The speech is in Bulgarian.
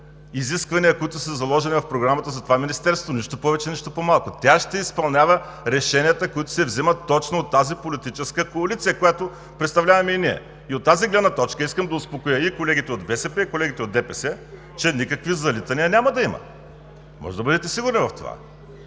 изисквания, които са заложени в Програмата на това Министерство. Нищо повече, нищо по-малко! Тя ще изпълнява решенията, които се вземат точно от тази политическа коалиция, която представляваме и ние. И от тази гледна точка искам да успокоя и колегите от БСП, и колегите от ДПС, че никакви залитания няма да има! Можете да бъдете сигурни в това.